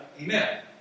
amen